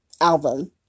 album